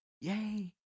Yay